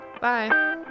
Bye